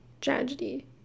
tragedy